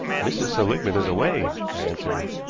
mrs. seligmann is away, i answered,